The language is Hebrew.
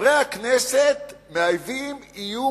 חברי הכנסת מהווים איום